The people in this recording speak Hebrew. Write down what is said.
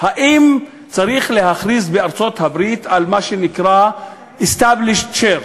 אם צריך להכריז בארצות-הברית על מה שנקרא Established Church.